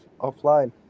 offline